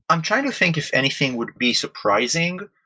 i'm trying to think if anything would be surprising.